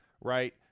right